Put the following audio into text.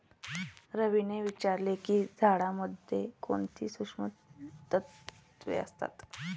रवीने विचारले की झाडांमध्ये कोणती सूक्ष्म तत्वे असतात?